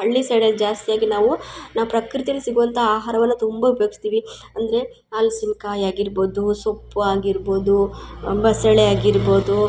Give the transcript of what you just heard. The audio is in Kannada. ಹಳ್ಳಿ ಸೈಡಲ್ಲಿ ಜಾಸ್ತಿಯಾಗಿ ನಾವು ನಾವು ಪ್ರಕೃತಿಯಲ್ಲಿ ಸಿಗುವಂಥ ಆಹಾರವನ್ನು ತುಂಬ ಉಪಯೋಗಿಸ್ತೀವಿ ಅಂದರೆ ಹಲಸಿನ್ ಕಾಯಿ ಆಗಿರ್ಬೋದು ಸೊಪ್ಪು ಆಗಿರ್ಬೋದು ಬಸಳೆ ಆಗಿರ್ಬೋದು